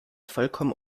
vollkommen